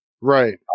Right